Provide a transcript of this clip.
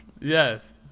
yes